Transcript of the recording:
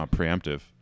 preemptive